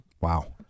Wow